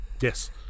Yes